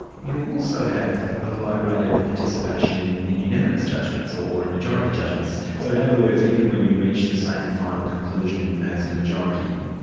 you also have a low rate of participation in in unanimous judgments, or or in majority judgments. so in other words, even when you reach the same final conclusion as the majority,